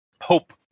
hope